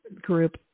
group